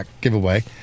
giveaway